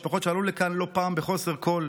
משפחות שעלו לכאן לא פעם בחוסר כול,